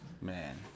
Man